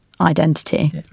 Identity